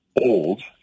old